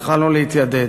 התחלנו להתיידד.